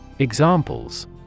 Examples